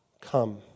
come